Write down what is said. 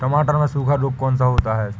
टमाटर में सूखा रोग कौन सा होता है?